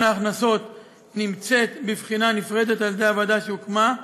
ההכנסות נמצאת בבחינה נפרדת על-ידי הוועדה שהוקמה,